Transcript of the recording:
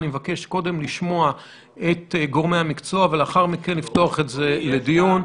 אני מבקש קודם לשמוע את גורמי המקצוע ולאחר מכן לפתוח את זה לדיון.